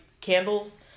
candles